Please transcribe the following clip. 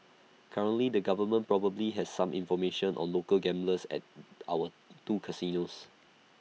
currently the government probably has some information on local gamblers at our two casinos